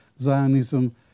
Zionism